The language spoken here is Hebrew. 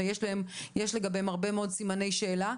ויש לגביהן הרבה מאוד סימני שאלה.